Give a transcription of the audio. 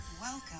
Welcome